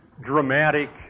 dramatic